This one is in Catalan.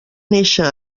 néixer